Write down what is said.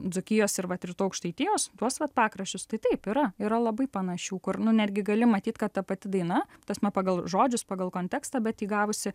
dzūkijos ir vat rytų aukštaitijos tuos vat pakraščius tai taip yra yra labai panašių kur nu netgi gali matyt kad ta pati daina ta prasme pagal žodžius pagal kontekstą bet įgavusi